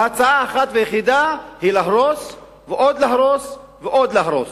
וההצעה האחת והיחידה היא להרוס ועוד להרוס ועוד להרוס.